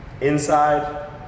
inside